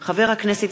יחיאל חיליק בר,